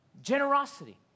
generosity